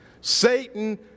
Satan